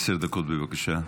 עשר דקות, בבקשה.